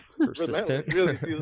Persistent